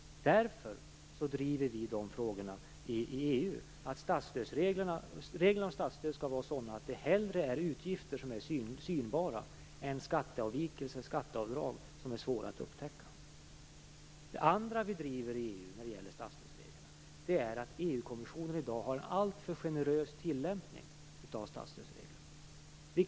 Därför driver vi i EU i dessa frågor linjen att reglerna för statsstöd skall vara sådana att det hellre är utgifter som är synbara än skatteavvikelser och skatteavdrag som är svåra att upptäcka. Det andra vi driver i EU när det gäller statsstödsreglerna är att EU-kommissionen har en alltför generös tillämpning av dessa regler.